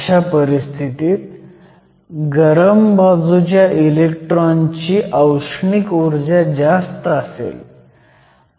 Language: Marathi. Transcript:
अशा परस्थितीत गरम बाजूच्या इलेक्ट्रॉनची औष्णिक ऊर्जा जास्त असेल